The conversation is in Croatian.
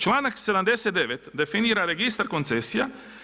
Članak 79. definira registar koncesija.